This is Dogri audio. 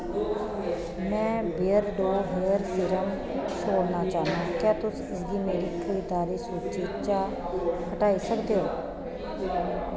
में बियरडो हेयर सिरम छोड़ना चाह्न्नां क्या तुस इसगी मेरी खरीददारी सूची चा हटाई सकदे ओ